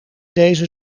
deze